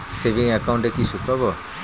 Savings একাউন্টে কি সুদ পাব?